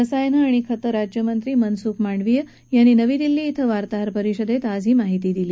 रसायने आणि खतं राज्यमंत्री मनसुख मांडविया यांनी नवी दिल्ली इथं वार्ताहर परिषदेत ही माहिती दिली